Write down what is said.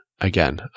Again